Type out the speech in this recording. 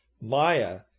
Maya